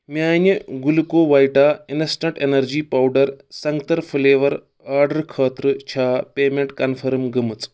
میانہِِ Glucovita instant energy powder سنٛگتر flavour آڈرٕ خٲطرٕ چھا پیمیٚنٹ کنفٔرم گٔمٕژ؟